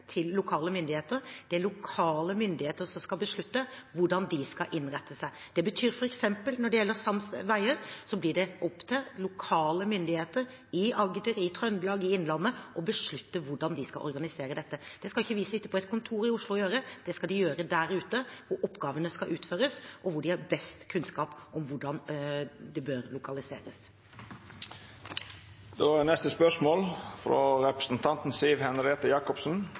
til lokale myndigheter. Det er lokale myndigheter som skal beslutte hvordan de skal innrette seg. Det betyr f.eks. når det gjelder sams vegadministrasjon, at det blir opp til lokale myndigheter i Agder, i Trøndelag, i Innlandet å beslutte hvordan de skal organisere dette. Det skal ikke vi sitte på et kontor i Oslo og gjøre. Det skal de gjøre der ute hvor oppgavene skal utføres, og hvor de har best kunnskap om hvordan det bør lokaliseres.